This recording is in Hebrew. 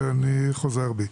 ואני חוזר בי.